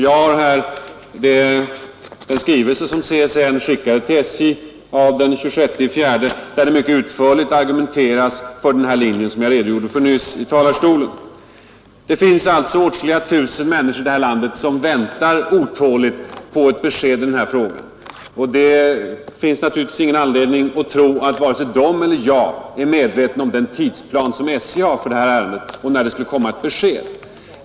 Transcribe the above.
Jag har här en skrivelse av den 26 april som CSN skickat till SJ, där det mycket utförligt argumenteras för den linje som jag nyss redogjorde för. Det finns alltså åtskilliga tusen människor i det här landet som väntar otåligt på ett besked i denna fråga. Det finns naturligtvis ingen anledning att tro att vare sig de eller jag känner till den tidsplan som SJ har för detta ärende och när det kan komma ett besked.